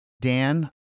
Dan